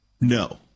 No